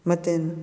ಮತ್ತೇನು